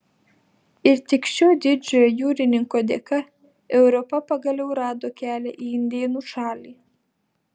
ir tik šio didžiojo jūrininko dėka europa pagaliau rado kelią į indėnų šalį